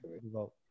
vote